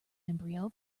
embryo